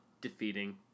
defeating